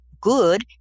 good